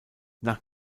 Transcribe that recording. nach